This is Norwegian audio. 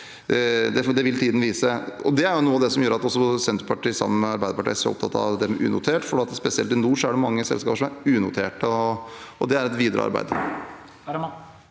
vil tiden vise. Det er noe av det som gjør at Senterpartiet sammen med Arbeiderpartiet og SV er opptatt av det med unotert, for spesielt i nord er det mange selskaper som er unoterte. Det er et videre arbeid.